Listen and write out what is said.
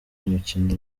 umukino